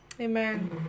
Amen